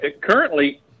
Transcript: Currently